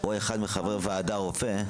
או אחד מחברי הוועדה רופא...